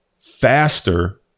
faster